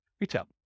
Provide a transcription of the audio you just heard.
retail